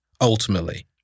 Ultimately